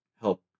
help